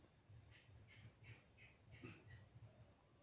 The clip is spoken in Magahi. शेयरधारकक आजीवनेर मालिकेर रूपत दखाल जा छेक